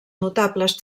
notables